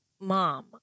mom